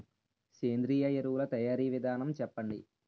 సేంద్రీయ ఎరువుల తయారీ విధానం చెప్పండి?